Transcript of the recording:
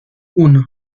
uno